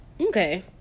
Okay